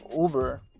Uber